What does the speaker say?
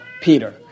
Peter